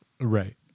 Right